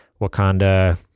Wakanda